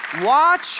watch